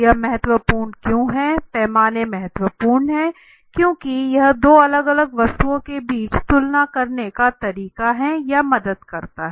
यह महत्वपूर्ण क्यों है पैमाने महत्वपूर्ण है क्योंकि यह दो अलग अलग वस्तुओं के बीच तुलना करने का तरीका है या मदद करता है